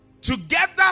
together